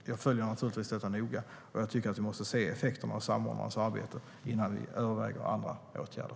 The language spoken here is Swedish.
Jag följer naturligtvis detta noga, och jag tycker att vi måste se effekterna av samordnarens arbete innan vi överväger andra åtgärder.